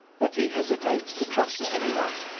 that he hesitates to trust anyone.